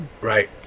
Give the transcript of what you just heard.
Right